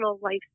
life